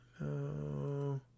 No